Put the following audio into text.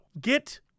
get